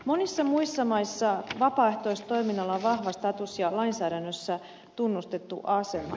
monissa muissa maissa vapaaehtoistoiminnalla on vahva status ja lainsäädännössä tunnustettu asema